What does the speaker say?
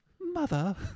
Mother